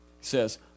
says